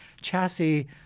chassis